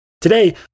Today